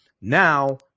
Now